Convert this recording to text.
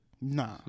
Nah